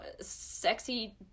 sexy